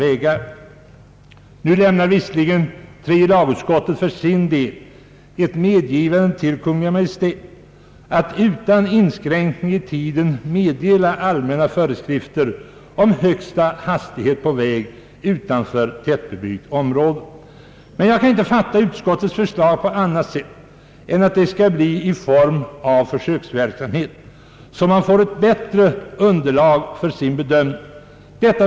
Nu lämnar visserligen tredje lagutskottet för sin del ett medgivande till Kungl. Maj:t att utan inskränkning i tiden meddela allmänna föreskrifter om högsta hastighet på väg utanför tättbebyggt område, men jag kan inte fatta utskottets förslag på annat sätt än att detta skall ha formen av försöksverksamhet så att man får ett bättre underlag för bedömningen.